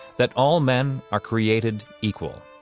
that all men are created equal,